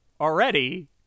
already